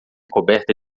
coberta